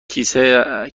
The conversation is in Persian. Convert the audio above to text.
کیسه